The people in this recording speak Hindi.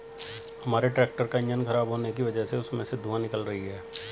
हमारे ट्रैक्टर का इंजन खराब होने की वजह से उसमें से धुआँ निकल रही है